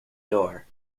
door